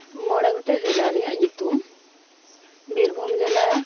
ᱢᱚᱬᱮ ᱜᱚᱴᱮᱡ ᱡᱮᱞᱟ ᱨᱮᱭᱟᱜ ᱧᱩᱛᱩᱢ ᱵᱤᱨᱵᱷᱩᱢ ᱡᱮᱞᱟ